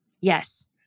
Yes